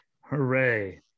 Hooray